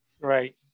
Right